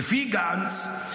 "לפי גנץ,